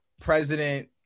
President